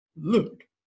look